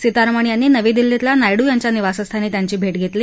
सीतारामन यांनी नवी दिल्लीतल्या नायडू यांच्या निवासस्थानी त्यांची भे घेतली